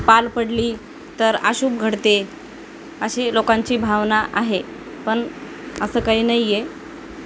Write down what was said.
पाल पडली तर अशुभ घडते अशी लोकांची भावना आहे पण असं असे काही नाही आहे